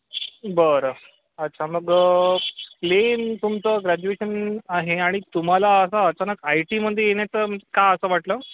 बरं अच्छा मग प्लेन तुमचं ग्रॅज्युएशन आहे आणि तुम्हाला असं अचानक आय टीमध्ये येण्याचं का असं वाटलं